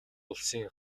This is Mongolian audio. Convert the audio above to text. улсын